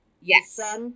Yes